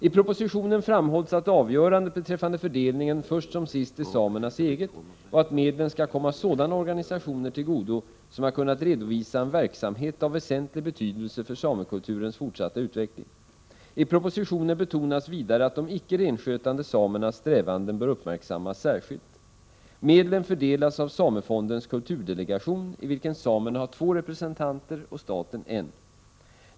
I propositionen framhålls att avgörandet beträffande fördelningen först som sist är samernas eget och att medlen skall komma sådana organisatoner till godo som har kunnat redovisa en verksamhet av väsentlig betydelse för samekulturens fortsatta utveckling. I propositionen betonas vidare att de icke renskötande samernas strävanden bör uppmärksammas särskilt. Medlen fördelas av samefondens kulturdelegation, i vilken samerna har två representanter och staten en.